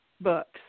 books